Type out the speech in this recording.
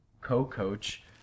co-coach